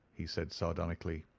he said, sardonically.